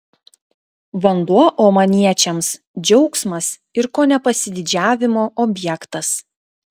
vanduo omaniečiams džiaugsmas ir kone pasididžiavimo objektas